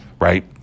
right